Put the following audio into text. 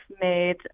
made